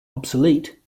obsolete